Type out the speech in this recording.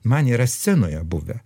man yra scenoje buvę